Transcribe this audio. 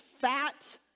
Fat